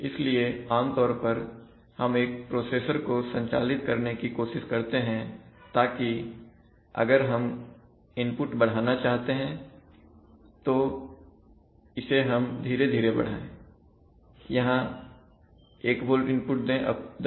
इसलिए आमतौर पर हम एक प्रोसेसर को संचालित करने की कोशिश करते हैं ताकि अगर हम इनपुट बढ़ाना चाहते हैं तो इसे हम धीरे धीरे बढ़ाएं यहां 1 volt इनपुट देंअब 10 volt फिर 2 volt